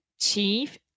Chief